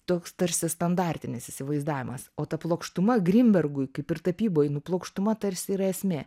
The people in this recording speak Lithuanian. toks tarsi standartinis įsivaizdavimas o ta plokštuma grinbergui kaip ir tapyboj nu plokštuma tarsi yra esmė